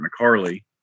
McCarley